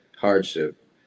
hardship